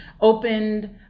opened